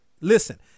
Listen